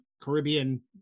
Caribbean